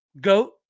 goat